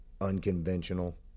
unconventional